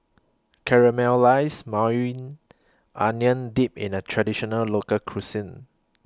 Caramelized Maui Onion Dip in A Traditional Local Cuisine